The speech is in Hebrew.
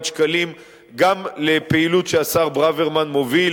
שקלים גם לפעילות שהשר ברוורמן מוביל,